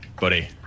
buddy